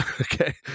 Okay